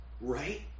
Right